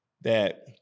that-